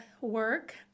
work